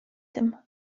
tym